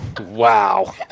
Wow